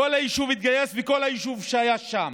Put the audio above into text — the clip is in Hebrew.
כל היישוב התגייס, כל היישוב שהיה שם,